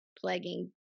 plaguing